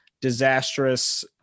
disastrous